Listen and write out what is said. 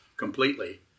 completely